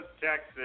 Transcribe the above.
Texas